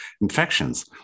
infections